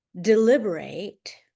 deliberate